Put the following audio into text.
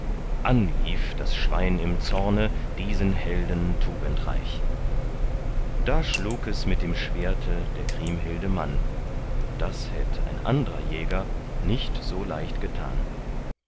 anlief das schwein im zorne diesen helden tugendreich da schlug es mit dem schwerte der kriemhilde mann das hätt ein andrer jäger nicht so leicht getan